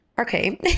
okay